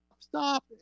Stop